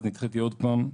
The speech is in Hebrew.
אז נדחיתי עוד פעם.